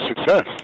success